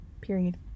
period